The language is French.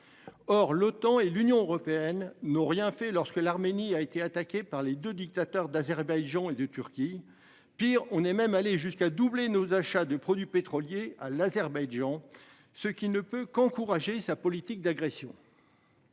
Or, l'OTAN et l'Union européenne n'ont rien fait lorsque l'Arménie a été attaqué par les 2 dictateurs d'Azerbaïdjan et de Turquie. Pire, on est même allé jusqu'à doubler nos achats de produits pétroliers à l'Azerbaïdjan. Ce qui ne peut qu'encourager sa politique d'agression.